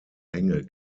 hänge